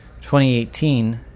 2018